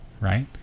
right